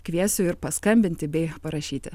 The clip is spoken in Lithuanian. kviesiu ir paskambinti bei parašyti